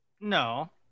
no